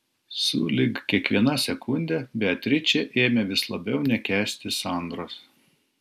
sulig kiekviena sekunde beatričė ėmė vis labiau nekęsti sandros